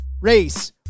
race